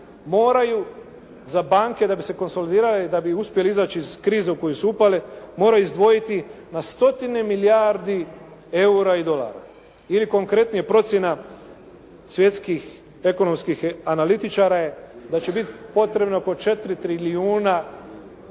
moraju za banke da bi se konsolidirale i da bi uspjeli izaći iz krize u koju su upali moraju izdvojiti na stotine milijardi eura i dolara. Ili konkretnije procjena svjetskih ekonomskih analitičara je da će biti potrebno po 4 trilijuna dolara